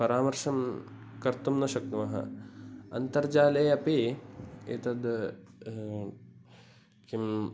परामर्शं कर्तुं न शक्नुमः अन्तर्जाले अपि एतद् किं